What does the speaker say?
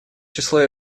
число